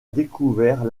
découvert